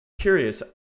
curious